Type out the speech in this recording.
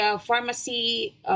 pharmacy